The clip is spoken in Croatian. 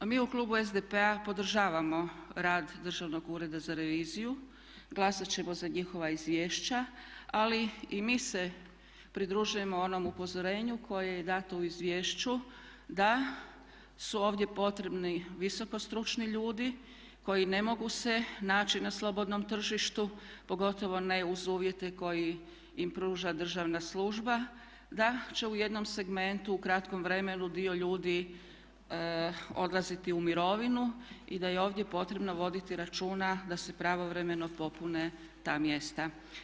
Mi u klubu SDP-a podržavamo rad Državnog ureda za reviziju, glasati ćemo za njihova izvješća ali i mi se pridružujemo onom upozorenju koje je dato u izvješću da su ovdje potrebni visoko stručni ljudi koji ne mogu se naći na slobodnom tržištu pogotovo ne uz uvjete koje im pruža državna služba da će u jednom segmentu u kratkom vremenu dio ljudi odlaziti u mirovinu i da je ovdje potrebno voditi računa da se pravovremeno popune ta mjesta.